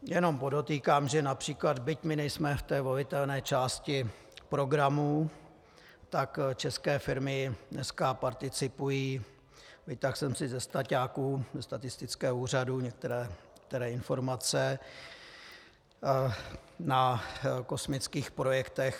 Jenom podotýkám, že například byť my nejsme v té volitelné části programů, tak české firmy dneska participují vytáhl jsem si ze staťáku, ze statistického úřadu, některé informace na kosmických projektech.